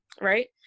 right